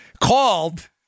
called